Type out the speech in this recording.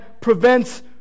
prevents